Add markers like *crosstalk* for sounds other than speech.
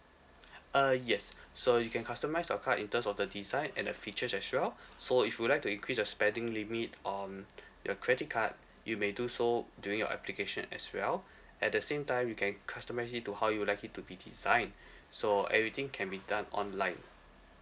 uh yes so you can customise your card in terms of the design and the features as well so if you like to increase your spending limit on your credit card you may do so during your application as well *breath* at the same time you can customise it to how you would like it to be designed so everything can be done online